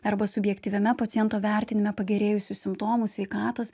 arba subjektyviame paciento vertinime pagerėjusiu simptomu sveikatos